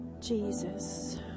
Jesus